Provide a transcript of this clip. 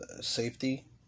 safety